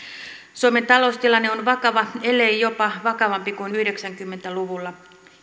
suomen taloustilanne on vakava ellei jopa vakavampi kuin yhdeksänkymmentä luvulla